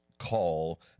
call